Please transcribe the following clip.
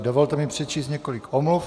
Dovolte mi přečíst několik omluv.